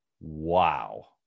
wow